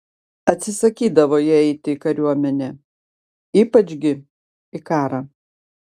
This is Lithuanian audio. atsisakydavo jie eiti į kariuomenę ypač gi į karą